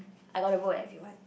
I got the book eh if you want